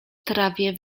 trawie